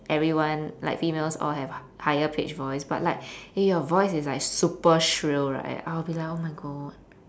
everyone like females all have h~ higher pitched voice but eh your voice is like super shrill right I will be like oh my god